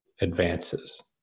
advances